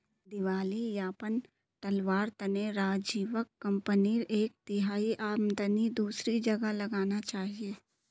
दिवालियापन टलवार तने राजीवक कंपनीर एक तिहाई आमदनी दूसरी जगह लगाना चाहिए